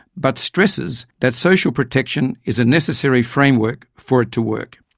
but stresses that social protection is a necessary framework for it to work.